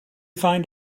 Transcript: find